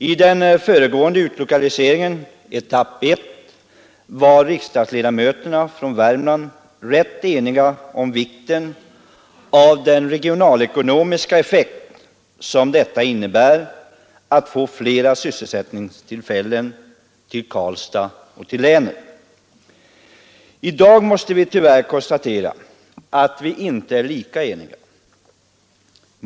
I den föregående utlokaliseringen, etapp 1, var riksdagsledamöterna från Värmland rätt eniga om vikten av den regionalekonomiska effekt som det innebär att få flera sysselsättningstillfällen till Karlstad och till länet. I dag måste jag tyvärr konstatera att vi inte är lika eniga.